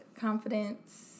Confidence